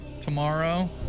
tomorrow